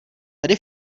tady